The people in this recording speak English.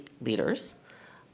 leaders